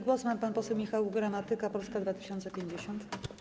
Głos ma pan poseł Michał Gramatyka, Polska 2050.